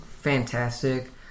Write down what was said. fantastic